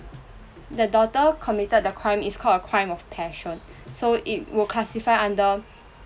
the daughter committed the crime is called a crime of passion so it would classify under